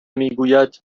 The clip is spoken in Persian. میگوید